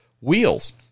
wheels